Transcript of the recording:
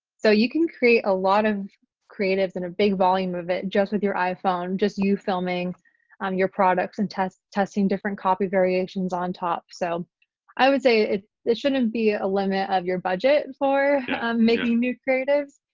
so you can create a lot of creatives and a big volume of it just with your iphone, just you filming um your products, and testing testing different copy variations on top. so i would say it shouldn't be a limit of your budget for making new creatives.